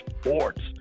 Sports